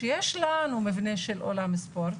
שיש לנו מבנה של אולם ספורט,